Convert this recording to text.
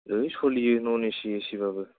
ए सलियो न'न एसि एसिब्लाबो